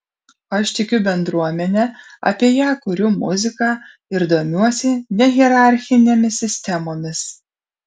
aš tikiu bendruomene apie ją kuriu muziką ir domiuosi nehierarchinėmis sistemomis